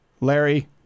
Larry